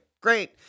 great